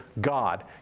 God